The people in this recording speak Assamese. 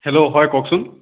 হেল্ল' হয় কওকচোন